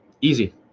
Easy